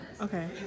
Okay